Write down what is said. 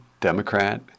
Democrat